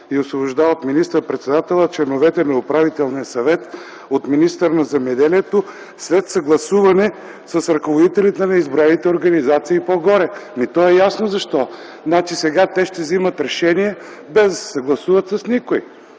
и освобождава от министър-председателя, а членовете на Управителния съвет – от министъра на земеделието, след съгласуване с ръководителите на изброените по-горе организации. То е ясно защо! Значи сега те ще вземат решение, без да се съгласуват с никой